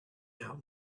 out